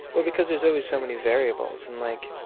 well, because there's always so many variables. and, like,